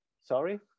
sorry